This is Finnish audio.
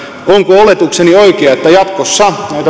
onko oletukseni oikea että jatkossa